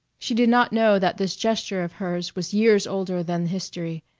she did not know that this gesture of hers was years older than history,